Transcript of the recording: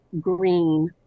green